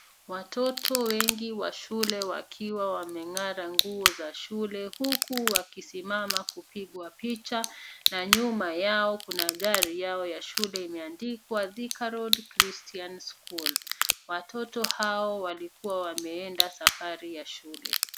Watoto wengi wa shule wakiwa wameng'ara nguo za shule huku wakisimama kupigwa picha na nyuma yao kuna gari yao ya shule imeandikwa Thika Road Christian School. Watoto hao walikuwa wameenda safari ya shule.